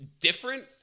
different